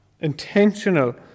Intentional